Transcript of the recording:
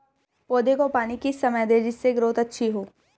पौधे को पानी किस समय दें जिससे ग्रोथ अच्छी हो?